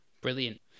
Brilliant